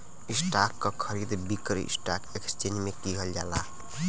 stock क खरीद बिक्री स्टॉक एक्सचेंज में किहल जाला